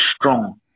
strong